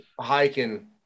hiking